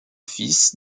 fils